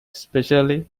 especially